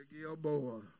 Gilboa